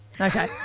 Okay